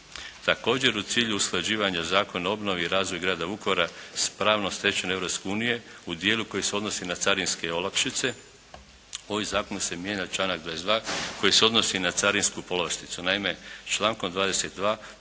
Također u cilju usklađivanja Zakona o obnovi i razvoja grada Vukovara s pravnom stečevinom Europske unije u dijelu koji se odnosi na carinske olakšice ovim zakonom se mijenja članak 22. koji se odnosi na carinsku povlasticu. Naime člankom 22.